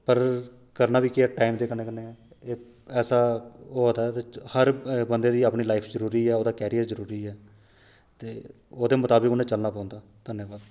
पर करना बी केह् ऐ टैम दे कन्नै कन्नै ऐसा होआ दा ऐ ते हर बंदे दी अपनी लाइफ च जरूरी ऐ ओह्दा कैरियर जरूरी ऐ ते ओह्दे मताबक उ'नें चलना पौंदा धन्नवाद